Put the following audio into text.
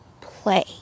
play